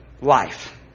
life